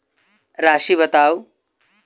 राशि बताउ